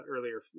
earlier